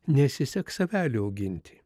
nesiseks avelių auginti